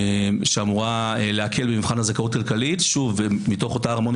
זה חוק שאמור להקל במבחן הזכאות הכלכלית מתוך אותה הרמוניה